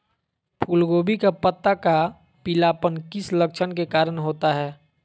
फूलगोभी का पत्ता का पीलापन किस लक्षण के कारण होता है?